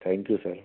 thank you sir